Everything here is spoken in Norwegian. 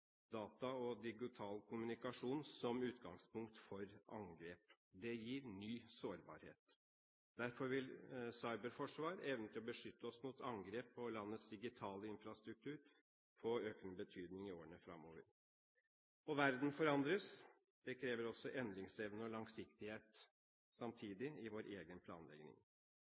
data og digital kommunikasjon, som kan være utgangspunkt for angrep. Det gir ny sårbarhet. Derfor vil cyberforsvar – evnen til å beskytte oss mot angrep på landets digitale infrastruktur – få økende betydning i årene fremover. Verden forandres. Det kreves endringsevne og langsiktighet – samtidig – i vår egen planlegging.